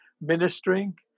ministering